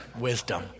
wisdom